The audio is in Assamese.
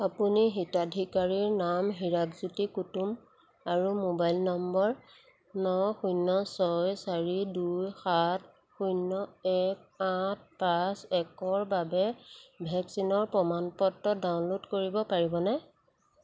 আপুনি হিতাধিকাৰীৰ নাম হিৰাকজ্যোতি কুতুম আৰু মোবাইল নম্বৰ ন শূন্য ছয় চাৰি দুই সাত শূন্য এক আঠ পাঁচ একৰ বাবে ভেকচিনৰ প্ৰমাণ পত্ৰ ডাউনলোড কৰিব পাৰিবনে